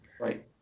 Right